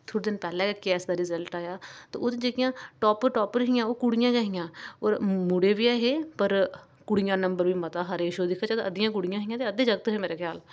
कुछ दिन पैह्ले गै के एस्स दा रजल्ट आया ते उस च जेह्कियां टापर टापर हियां ओह् कुड़ियां गै हियां होर मूडे बी ऐ हे पर कुड़ियां नंबर बी मता हा रेशो जित्थै तक्कर अद्धियां कुड़ियां हियां ते अद्धे जागत हे मेरे ख्याल च